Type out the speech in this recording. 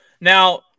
now